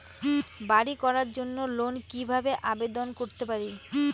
বাড়ি করার জন্য লোন কিভাবে আবেদন করতে পারি?